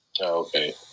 Okay